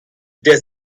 der